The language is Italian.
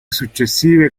successive